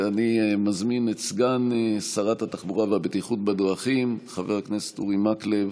ואני מזמין את סגן שרת התחבורה והבטיחות בדרכים חבר הכנסת אורי מקלב,